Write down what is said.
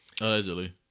Allegedly